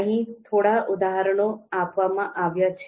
અહીં થોડા ઉદાહરણો આપવામાં આવ્યા છે